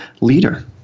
leader